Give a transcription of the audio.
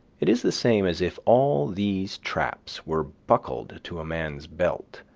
it is the same as if all these traps were buckled to a man's belt,